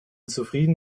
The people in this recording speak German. zufrieden